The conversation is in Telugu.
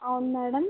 అవును మేడం